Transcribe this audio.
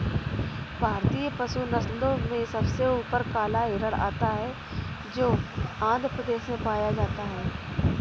भारतीय पशु नस्लों में सबसे ऊपर काला हिरण आता है जो आंध्र प्रदेश में पाया जाता है